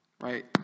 right